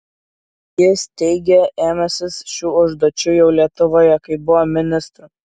jis teigė ėmęsis šių užduočių jau lietuvoje kai buvo ministru